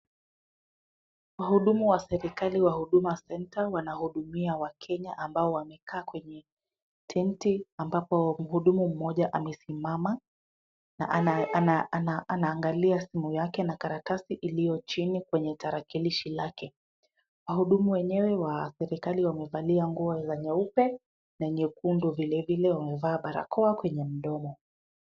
Wahudumu wa serikali wa Huduma Center wanahudumia wakenya ambao wamekaa kwenye tenti ambapo mhudumu mmoja amesimama na anaangalia simu yake na karatasi iliyo chini kwenye tarakilishi lake. Wahudumu wenyewe wa serikali wamevalia nguo za nyeupe na nyekundu vilevile wamevaa barakoa kwenye mdomo.